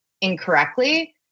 incorrectly